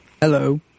Hello